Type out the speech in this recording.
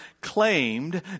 claimed